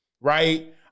Right